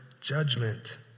judgment